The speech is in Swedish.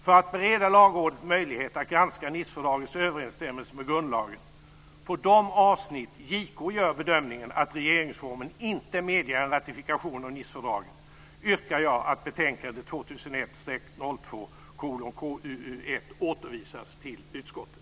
För att bereda lagrådet möjlighet att granska Nicefördragets överensstämmelse med grundlagen, på de avsnitt JK gör bedömningen att regeringsformen inte medger en ratifikation av Nicefördraget, yrkar jag att betänkande 2001/02:KUU1 återförvisas till utskottet.